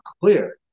clear